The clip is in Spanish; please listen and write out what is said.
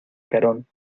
carón